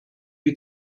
wie